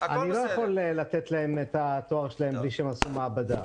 אני לא יכול לתת להם את התואר שלהם בלי שהם עשו מעבדה.